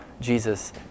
Jesus